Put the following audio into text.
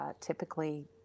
typically